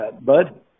Bud